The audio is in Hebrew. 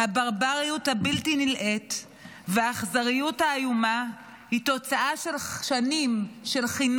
הברבריות הבלתי-נלאית והאכזריות האיומה הן תוצאה של שנים של חינוך